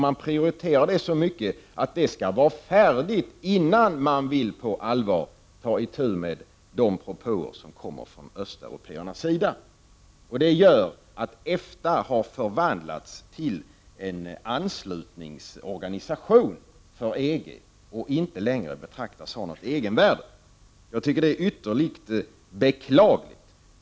Man prioriterar det så mycket att det skall vara färdigt innan man på allvar vill ta itu med de propåer som kommer från östeuropéernas sida. Det gör att EFTA har förvandlats till en anslutningsorganisation för EG och inte längre betraktas ha något egenvärde. Jag tycker att det är ytterligt beklagligt.